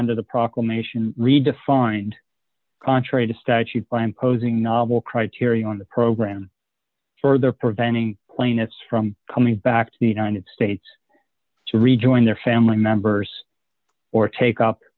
under the proclamation redefined contrary to statute by imposing novel criteria on the program further preventing plaintiffs from coming back to the united states to rejoin their family members or take up